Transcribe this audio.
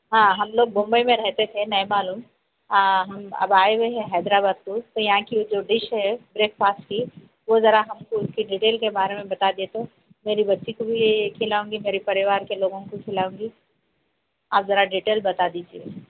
ہاں ہم لوگ ممبئی میں رہتے تھے نہیں معلوم ہم اب آئے ہوئے ہیں حیدرآباد کو تو یہاں کی جو ڈش ہے بریک فاسٹ کی وہ ذرا ہم کو اس کی ڈٹیل کے بارے میں بتا دئے تو میری بچی کو بھی کھلاؤں گی میرے پریوار کے لوگوں کو کھلاؤں گی آپ ذرا ڈٹیل بتا دیجیے